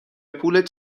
پول